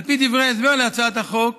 על פי דברי ההסבר להצעת החוק